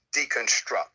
deconstruct